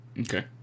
Okay